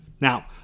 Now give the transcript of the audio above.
Now